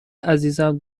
عزیزم